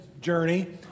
journey